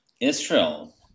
Israel